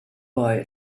boy